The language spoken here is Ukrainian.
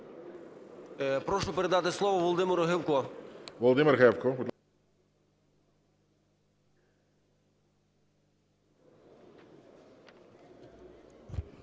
Прошу передати слово Володимиру Гевку.